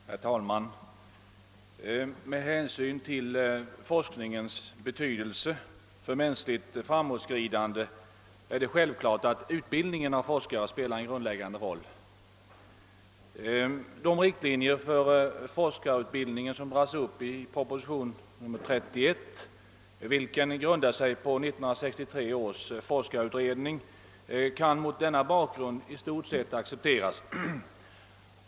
Herr talman! Med hänsyn till forskningens betydelse för mänskligt framåtskridande spelar naturligtvis utbildningen av forskare en grundläggande roll. De riktlinjer för forskarutbildningen som dras upp i propositionen 31, vilken grundar sig på 1963 års forskarutredning, kan mot denna bakgrund i stort sett accepteras.